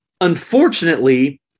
unfortunately